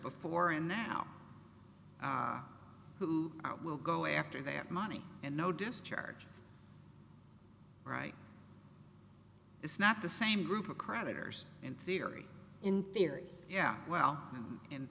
before and now who will go after their money and no discharge right it's not the same group of creditors in theory in theory yeah well in